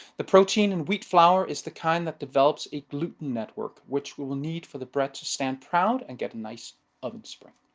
the protein in wheat flour is the kind of develops a gluten network, which we will need for the breast to stand proud and get a nice oven spring.